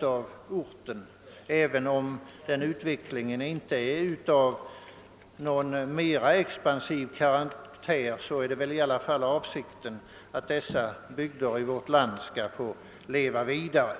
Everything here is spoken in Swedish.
av orten. Även om den utvecklingen inte är av någon mera expansiv karaktär, är det väl meningen, att dessa bygder i vårt land skall få leva vidare.